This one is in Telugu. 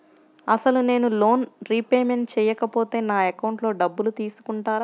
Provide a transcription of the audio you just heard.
అసలు నేనూ లోన్ రిపేమెంట్ చేయకపోతే నా అకౌంట్లో డబ్బులు తీసుకుంటారా?